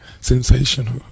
Sensational